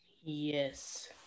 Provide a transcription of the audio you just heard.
Yes